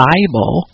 Bible